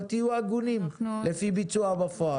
אבל תהיו הגונים, לפי ביצוע בפועל.